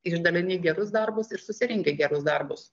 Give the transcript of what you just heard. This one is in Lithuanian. išdalini gerus darbus ir susirenki gerus darbus